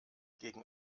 gegen